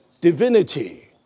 divinity